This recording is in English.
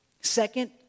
second